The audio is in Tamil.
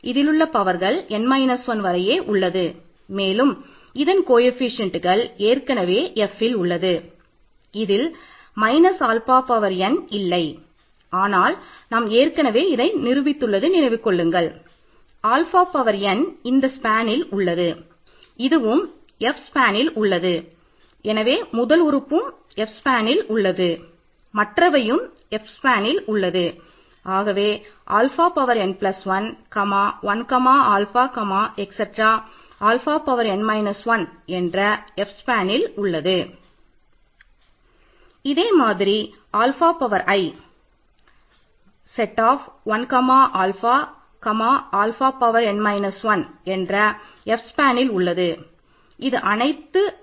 இதே மாதிரி ஆல்ஃபா உள்ளது இது அனைத்து i 0விற்கும் இதே மாதிரி இருக்கும்